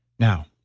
now